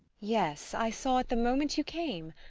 yes, i saw it the moment you came.